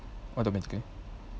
automatically